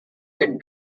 could